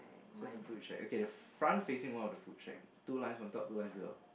so there's a foot track okay the front facing one of the foot track two lines on top two lines below